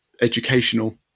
educational